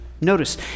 Notice